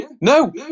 No